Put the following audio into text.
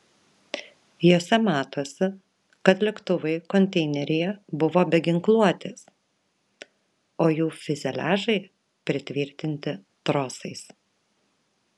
jose matosi kad lėktuvai konteineryje buvo be ginkluotės o jų fiuzeliažai pritvirtinti trosais